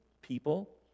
people